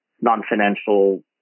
non-financial